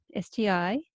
STI